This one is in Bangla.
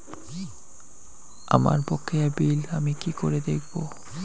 আমার বকেয়া বিল আমি কি করে দেখব?